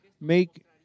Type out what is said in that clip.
make